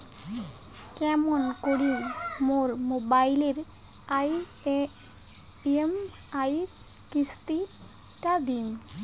কেমন করি মোর মোবাইলের ই.এম.আই কিস্তি টা দিম?